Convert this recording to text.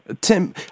Tim